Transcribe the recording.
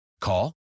Call